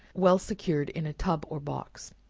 well secured in a tub or box.